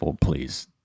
please